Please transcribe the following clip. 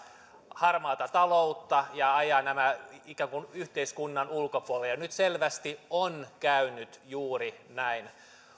harmaata taloutta ja ajaa nämä ikään kuin yhteiskunnan ulkopuolelle ja nyt selvästi on käynyt juuri näin